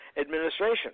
administration